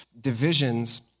divisions